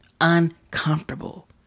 uncomfortable